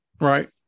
Right